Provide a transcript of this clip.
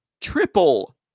triple